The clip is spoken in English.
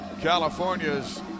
California's